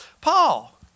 Paul